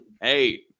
hey –